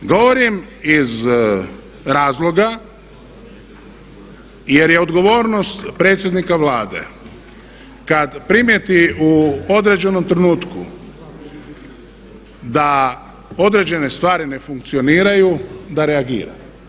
Govorim iz razloga jer je odgovornost predsjednika Vlade kad primijeti u određenom trenutku da određene stvari ne funkcioniraju da reagira.